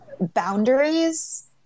boundaries